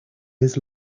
his